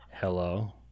Hello